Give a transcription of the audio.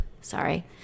Sorry